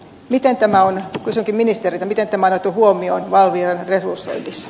miten tämä on otettu huomioon valviran resursoinnissa